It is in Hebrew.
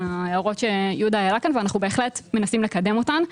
ההערות שיהודה העלה כאן ואנחנו בהחלט מנסים לקדם אותן.